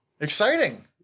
Exciting